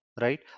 right